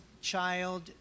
child